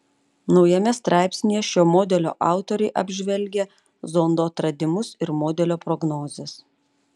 naujame straipsnyje šio modelio autoriai apžvelgia zondo atradimus ir modelio prognozes